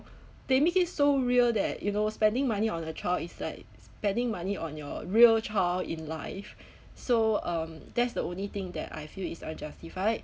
they make it so real that you know spending money on a child is like spending money on your real child in life so um that's the only thing that I feel is unjustified